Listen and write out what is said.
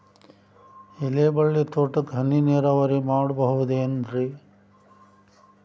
ಎಲೆಬಳ್ಳಿ ತೋಟಕ್ಕೆ ಹನಿ ನೇರಾವರಿ ಮಾಡಬಹುದೇನ್ ರಿ?